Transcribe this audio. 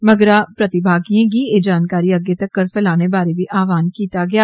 मगरा प्रबागियें गी एह जानकारी अग्गे तकर फलाने बारै बी आहवान कीत्ता गेया